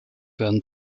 werden